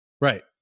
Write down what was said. Right